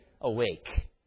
awake